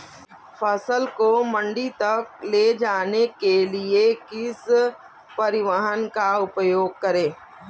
फसल को मंडी तक ले जाने के लिए किस परिवहन का उपयोग करें?